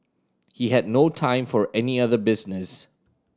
he had no time for any other business